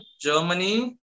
Germany